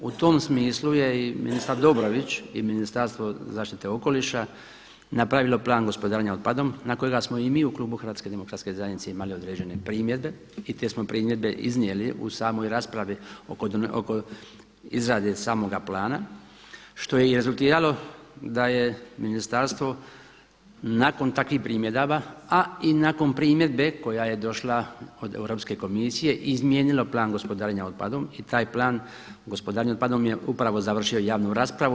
U tom smislu je je ministar Dobrović i Ministarstvo zaštite okoliša napravilo plan gospodarenja otpadom na kojega smo i mi u Klubu HDZ-a imali određene primjedbe i te smo primjedbe iznijeli u samoj raspravi oko izrade samoga plana što je i rezultiralo da je ministarstvo nakon takvih primjedaba a i nakon primjedbe koja je došla od Europske komisije izmijenilo plan gospodarenja otpadom i taj plan gospodarenja otpadom je upravo završio javnu raspravu.